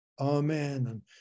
amen